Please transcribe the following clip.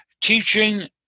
Teaching